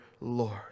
Lord